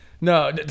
No